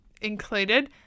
included